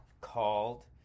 called